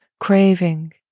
Craving